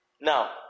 Now